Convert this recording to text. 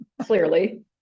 Clearly